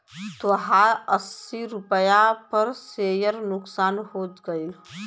तोहार अस्सी रुपैया पर सेअर नुकसान हो गइल